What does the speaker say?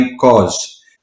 cause